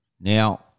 Now